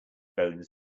bones